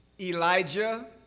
Elijah